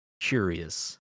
curious